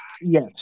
Yes